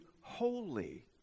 holy